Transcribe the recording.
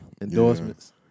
endorsements